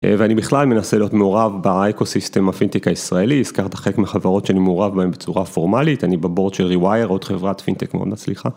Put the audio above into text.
אה.. ואני בכלל מנסה להיות מעורב באקו סיסטם הפינטק הישראלי, הזכרת חלק מחברות שאני מעורב בהן בצורה פורמלית אני בבורד של ריווייר עוד חברת פינטק מאוד מצליחה.